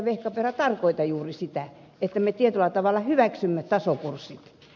vehkaperä tarkoita juuri sitä että me tietyllä tavalla hyväksymme tasokurssit